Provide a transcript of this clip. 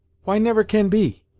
why never can be?